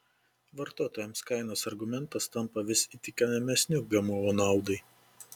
vartotojams kainos argumentas tampa vis įtikinamesniu gmo naudai